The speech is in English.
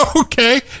Okay